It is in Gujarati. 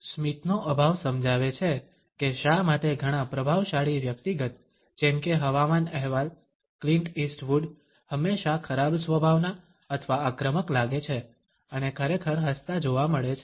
સ્મિતનો અભાવ સમજાવે છે કે શા માટે ઘણા પ્રભાવશાળી વ્યક્તિગત જેમ કે હવામાન અહેવાલ ક્લિન્ટ ઇસ્ટ વુડ હંમેશા ખરાબ સ્વભાવના અથવા આક્રમક લાગે છે અને ખરેખર હસતા જોવા મળે છે